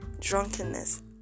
drunkenness